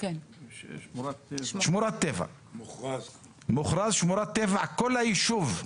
שמורת טבע מוכרזת, כל היישוב.